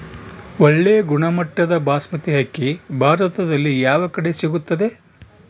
ಒಳ್ಳೆ ಗುಣಮಟ್ಟದ ಬಾಸ್ಮತಿ ಅಕ್ಕಿ ಭಾರತದಲ್ಲಿ ಯಾವ ಕಡೆ ಸಿಗುತ್ತದೆ?